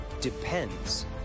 depends